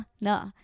No